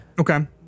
Okay